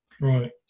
Right